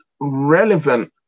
relevant